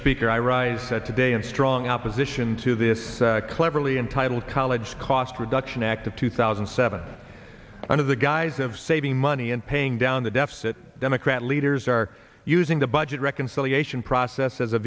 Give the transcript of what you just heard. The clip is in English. speaker i rise said today in strong opposition to this cleverly entitled college cost reduction act of two thousand and seven under the guise of saving money and paying down the deficit democrat leaders are using the budget reconciliation process as a